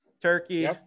turkey